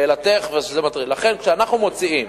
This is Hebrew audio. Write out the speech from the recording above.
לכן, כשאנחנו מוציאים